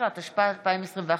19), התשפ"א 2021. תודה.